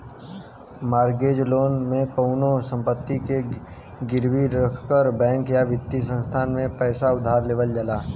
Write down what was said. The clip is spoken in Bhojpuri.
मॉर्गेज लोन में कउनो संपत्ति के गिरवी रखकर बैंक या वित्तीय संस्थान से पैसा उधार लेवल जाला